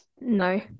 No